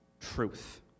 truth